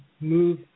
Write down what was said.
move